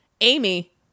Amy